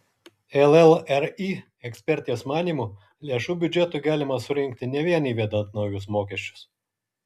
llri ekspertės manymu lėšų biudžetui galima surinkti ne vien įvedant naujus mokesčius